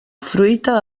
fruita